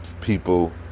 people